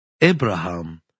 Abraham